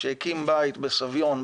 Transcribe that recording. שהקים בית בסביון,